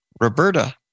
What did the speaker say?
Roberta